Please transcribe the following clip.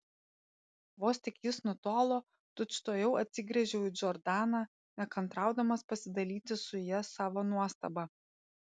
vos tik jis nutolo tučtuojau atsigręžiau į džordaną nekantraudamas pasidalyti su ja savo nuostaba